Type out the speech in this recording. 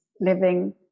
living